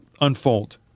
unfold